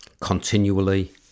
continually